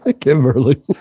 Kimberly